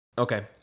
Okay